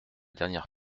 dernière